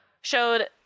showed